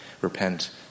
Repent